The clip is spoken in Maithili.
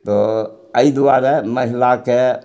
तऽ अइ दुआरे महिलाके